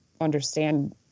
understand